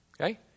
Okay